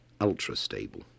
ultra-stable